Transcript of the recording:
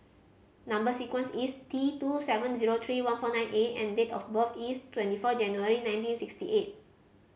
number sequence is T two seven zero three one four nine A and date of birth is twenty four January nineteen sixty eight